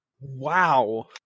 Wow